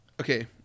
Okay